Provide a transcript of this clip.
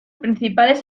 principales